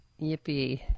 Yippee